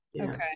Okay